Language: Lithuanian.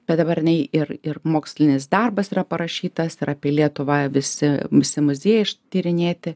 bet dabar jinai ir ir mokslinis darbas yra parašytas ir apie lietuvą visi visi muziejai ištyrinėti